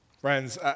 Friends